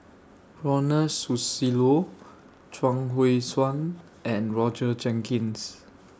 Ronald Susilo Chuang Hui Tsuan and Roger Jenkins